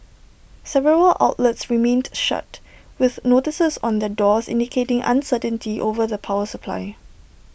several outlets remained shut with notices on their doors indicating uncertainty over the power supply